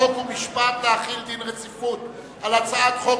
חוק ומשפט להחיל דין רציפות על הצעת חוק